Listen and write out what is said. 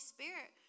Spirit